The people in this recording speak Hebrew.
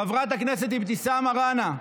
חברת הכנסת אבתיסאם מראענה,